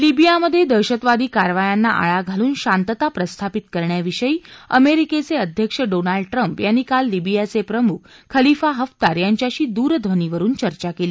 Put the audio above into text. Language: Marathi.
लिबियामधे दहशतवादी कारवायांना आळा घालून शांतता प्रस्थापित करण्याविषयी अमेरिकेचे अध्यक्ष डोनाल्ड ट्रंप यांनी काल लिबियाचे प्रमुख खलीफा हफ्तार यांच्याशी दूरध्वनीवरुन चर्चा केली